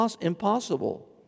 impossible